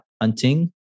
hunting